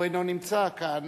הוא אינו נמצא כאן,